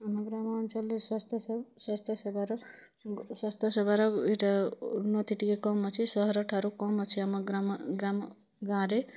ଆମ ଗ୍ରାମାଞ୍ଚଳରେ ସ୍ୱାସ୍ଥ୍ୟ ସ୍ୱାସ୍ଥ୍ୟ ସେବାର ସ୍ୱାସ୍ଥ୍ୟ ସେବାର ଇ'ଟା ଉନ୍ନତି ଟିକେ କମ୍ ଅଛେ ସହର ଠାରୁ କମ୍ ଅଛେ ଆମ ଗ୍ରାମ ଗ୍ରାମ ଗାଁ'ରେ